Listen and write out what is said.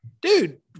dude